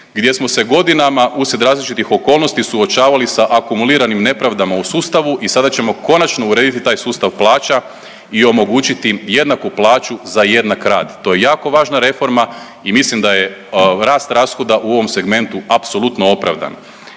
gdje smo se godinama uslijed različitih okolnosti suočavali sa akumuliranim nepravdama u sustavu i sada ćemo konačno urediti taj sustav plaća i omogućiti im jednaku plaću za jednak rad. To je jako važna reforma i mislim da je rast rashoda u ovom segmentu apsolutno opravdana.